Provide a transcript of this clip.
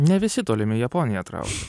ne visi tolimi japonija traukia